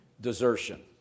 desertion